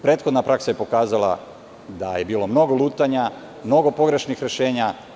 Prethodna praksa je pokazala da je bilo mnogo lutanja, mnogo pogrešnih rešenja.